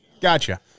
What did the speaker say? Gotcha